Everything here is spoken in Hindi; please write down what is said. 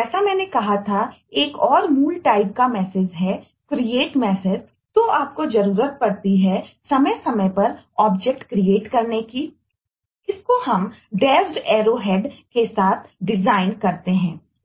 जैसा आप चाहते हैं इसे